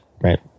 right